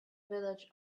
village